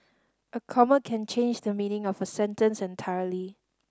a comma can change the meaning of a sentence entirely